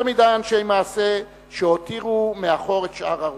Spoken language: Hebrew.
מדי אנשי מעשה שהותירו מאחור את שאר הרוח.